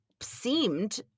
seemed